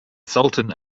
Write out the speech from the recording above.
sultan